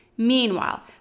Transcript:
Meanwhile